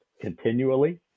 continually